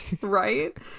Right